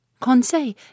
Conseil